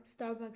Starbucks